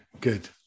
good